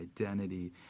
identity